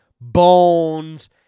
bones